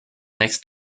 next